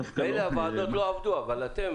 הוועדות לא עבדו, אבל אתם?